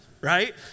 right